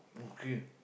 okay